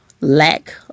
lack